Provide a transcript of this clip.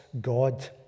God